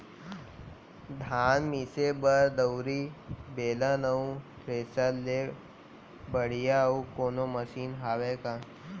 धान मिसे बर दउरी, बेलन अऊ थ्रेसर ले बढ़िया अऊ कोनो मशीन हावे का?